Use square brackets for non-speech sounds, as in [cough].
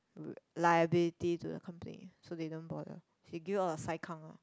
[noise] liability to the company so they don't bother they give you all the sai-kang ah